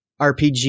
RPG